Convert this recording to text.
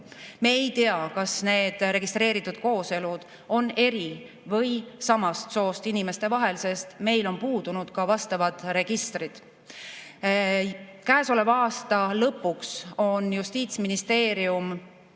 Me ei tea, kas need registreeritud kooselud on eri soost või samast soost inimeste vahel, sest meil on puudunud vastavad registrid. Käesoleva aasta lõpuks on Justiitsministeerium